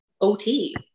OT